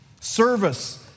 Service